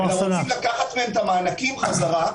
רוצים לקחת מהם את המענקים חזרה.